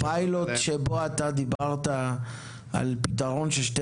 פיילוט שבו אתה דיברת על פתרון של שתי